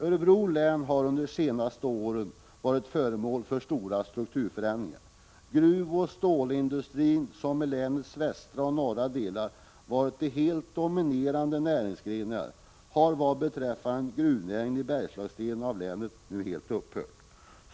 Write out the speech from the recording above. Örebro län har under senare år varit föremål för stora strukturförändringar. Gruvoch stålindustrin var i länets västra och norra delar de helt dominerande näringsgrenarna. Gruvnäringen i Bergslagsdelen av länet har nu helt upphört.